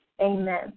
amen